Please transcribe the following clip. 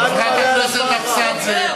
חשבת שקדימה תתפרק באופן אוטומטי?